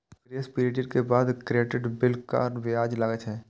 grace period के बाद credit bill पर ब्याज लागै छै